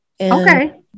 Okay